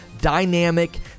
dynamic